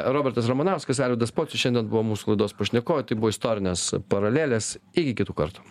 robertas ramanauskas arvydas pocius šiandien buvo mūsų laidos pašnekovai tai buvo istorinės paralelės iki kitų kartų